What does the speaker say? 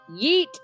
Yeet